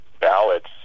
ballots